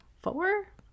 Four